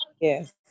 Yes